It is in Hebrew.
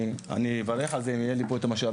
אני אברך על זה אם יהיה לי פה את המשאבים,